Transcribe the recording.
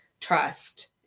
trust